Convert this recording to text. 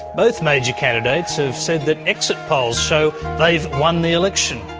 both major candidates have said that exit polls show they've won the election.